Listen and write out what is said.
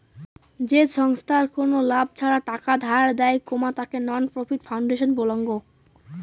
যে ছংস্থার কোনো লাভ ছাড়া টাকা ধার দেয়, তাকে নন প্রফিট ফাউন্ডেশন বলাঙ্গ